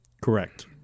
Correct